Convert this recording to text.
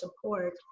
support